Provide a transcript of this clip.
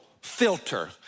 filter